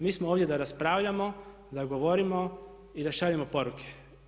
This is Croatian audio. Mi smo ovdje da raspravljamo, da govorimo i da šaljemo poruke.